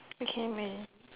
I can imagine